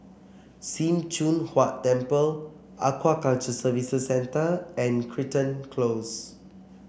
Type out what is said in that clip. Sim Choon Huat Temple Aquaculture Services Centre and Crichton Close